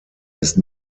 ist